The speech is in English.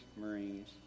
Marines